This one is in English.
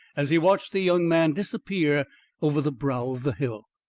as he watched the young man disappear over the brow of the hill.